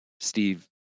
Steve